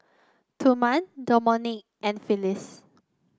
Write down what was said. Thurman Domonique and Phyllis